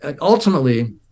ultimately